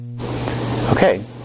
Okay